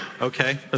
Okay